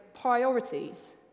priorities